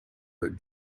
that